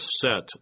set